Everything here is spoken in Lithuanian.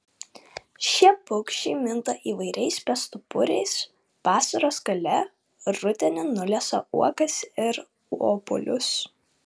šie paukščiai minta įvairiais bestuburiais vasaros gale rudenį nulesa uogas ir obuolius